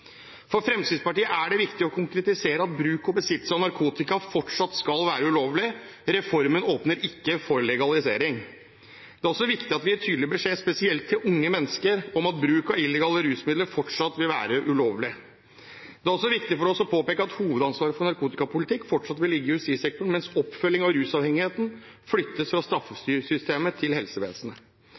For Fremskrittspartiet er det viktig å konkretisere at bruk og besittelse av narkotika fortsatt skal være ulovlig. Reformen åpner ikke for legalisering. Det er også viktig at vi gir tydelig beskjed, spesielt til unge mennesker, om at bruk av illegale rusmidler fortsatt vil være ulovlig. Det er også viktig for oss å påpeke at hovedansvaret for narkotikapolitikk fortsatt vil ligge i justissektoren, mens oppfølging av rusavhengighet flyttes fra straffesystemet til helsevesenet.